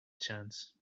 chance